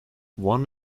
one